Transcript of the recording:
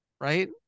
right